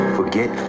Forget